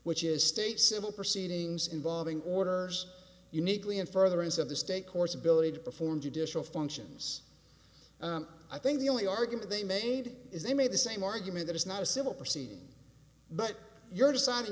which is state civil proceedings involving orders uniquely in furtherance of the state courts ability to perform judicial functions i think the only argument they made is they made the same argument that it's not a civil proceeding but you're